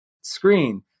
screen